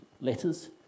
letters